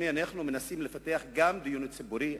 אדוני, אנחנו מנסים לפתח גם דיון ציבורי.